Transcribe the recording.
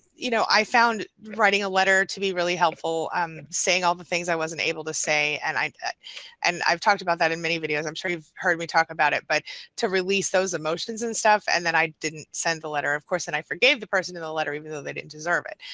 you know i found writing a letter to be really helpful, um saying all the things i wasn't able to say and and i've talked about that in many videos, i'm sure you've heard me talk about it, but to release those emotions and stuff and then i didn't send the letter of course then i forgave the person in the letter, even though they didn't deserve it,